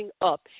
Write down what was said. up